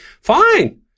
fine